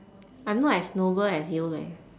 I'm not as noble as you leh